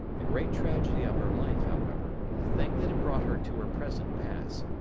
the great tragedy of her life, however, the thing that had brought her to her present pass,